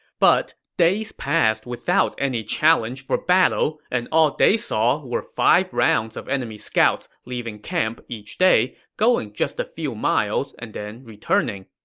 but days passed without any challenge for battle, and all they saw were five rounds of enemy scouts leaving camp each day, going just a few miles and then returning.